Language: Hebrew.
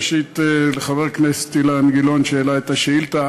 ראשית, לחבר הכנסת אילן גילאון שהעלה את השאילתה